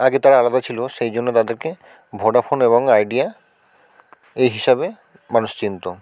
আগে তারা আলাদা ছিলো সেই জন্য তাদেরকে ভোডাফোন এবং আইডিয়া এই হিসাবে মানুষ চিনত